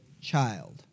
child